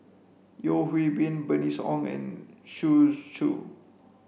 Yeo Hwee Bin Bernice Ong and Shu Xu